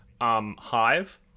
Hive